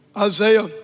Isaiah